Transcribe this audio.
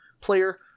player